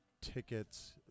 tickets